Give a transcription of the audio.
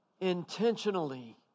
intentionally